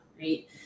right